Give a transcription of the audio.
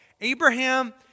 Abraham